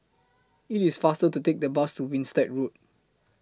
IT IS faster to Take The Bus to Winstedt Road